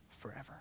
forever